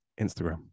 Instagram